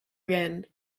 again